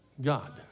God